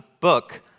book